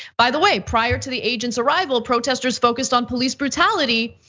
by the way, prior to the agents arrival protesters focused on police brutality,